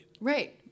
Right